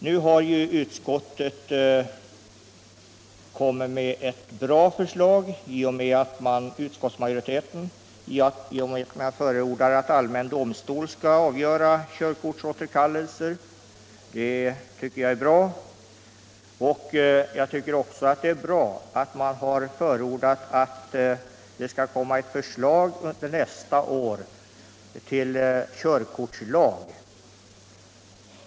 Nu har utskottsmajoriteten kommit med ett bra förslag i och med att den förordar att allmän domstol skall avgöra frågor om körkortsåterkallelser. Det tycker jag är bra. Jag tycker också att det är bra att den har förordat att ett förslag till körkortslag bör framläggas under nästa år.